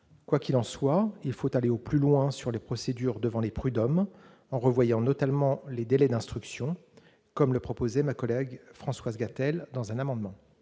Quoi qu'il en soit, il faut aller plus loin en matière de procédure devant les prud'hommes, en revoyant notamment les délais d'instruction, comme le proposait ma collègue Françoise Gatel dans un amendement.